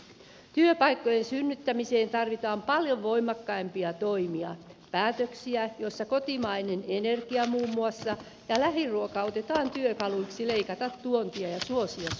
työpaikkojen synnyttämiseen tarvitaan paljon voimakkaampia toimia päätöksiä joissa kotimainen energia muun muassa ja lähiruoka otetaan työkaluiksi joilla leikataan tuontia ja suositaan suomalaista